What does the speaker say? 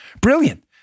Brilliant